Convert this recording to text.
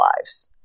lives